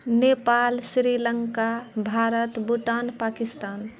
Nepal Sri Lanka Bharat Bhutan Pakistan